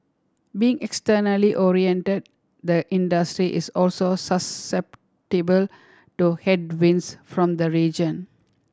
being externally oriented the industry is also susceptible to headwinds from the region